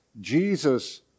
Jesus